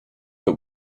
but